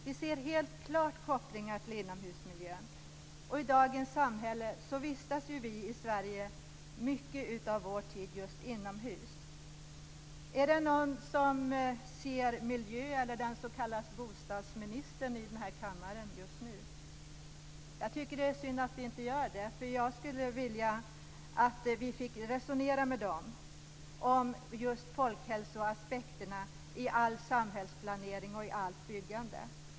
Vi ser helt klart kopplingar till inomhusmiljön, och i dagens samhälle vistas ju vi i Sverige en stor del av vår tid just inomhus. Är det någon som ser miljöministern eller den s.k. bostadsministern i kammaren just nu? Jag tycker att det är synd att vi inte gör det. Jag skulle vilja att vi fick resonera med dem om just folkhälsoaspekterna i all samhällsplanering och i allt byggande.